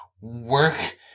work